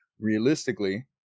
realistically